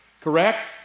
Correct